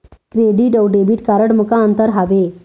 Credit अऊ debit card म का अंतर हावे?